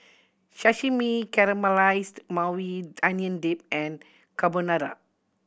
Sashimi Caramelized Maui Onion Dip and Carbonara